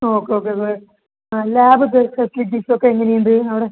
okay okay ആ lab facilities ഒക്കെ എങ്ങനെയുണ്ട് അവിടെ